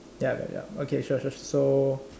yup yup yup okay sure sure sure so